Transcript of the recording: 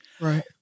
Right